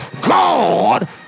God